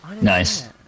Nice